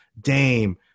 Dame